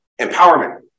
empowerment